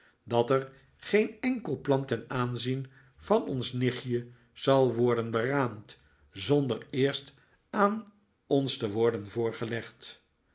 dat er geen enkel plan ten aanzien van ons nichtje zal worden beraamd zonder eerst aan ons te worden voorgelegd